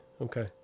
Okay